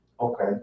okay